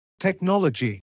technology